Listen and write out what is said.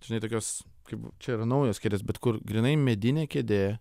žinai tokios kaip čia yra naujos kėdės bet kur grynai medinė kėdė